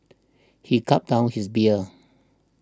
he gulped down his beer